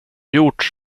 gjort